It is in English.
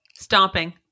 Stomping